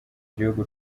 gihugu